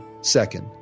Second